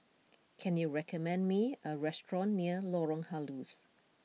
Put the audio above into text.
can you recommend me a restaurant near Lorong Halus